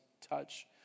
touch